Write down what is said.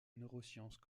neurosciences